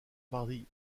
marie